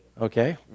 Okay